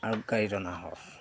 আৰু গাড়ী টনা হৰ্চ